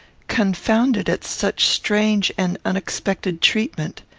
confounded at such strange and unexpected treatment.